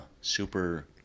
super